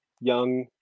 young